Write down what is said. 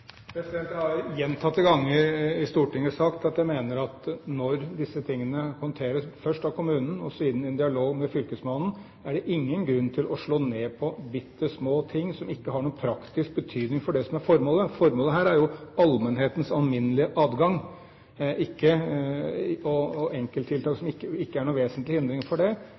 Jeg har gjentatte ganger i Stortinget sagt at jeg mener at når disse tingene håndteres – først av kommunen og siden i dialog med fylkesmannen – er det ingen grunn til å slå ned på bitte små ting som ikke har noen praktisk betydning for det som er formålet. Formålet her er jo allmennhetens alminnelige adgang. Enkelttiltak som ikke er til vesentlig hindring for det,